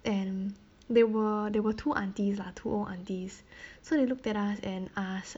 and they were they were two aunties lah to old aunties so they looked at us and ask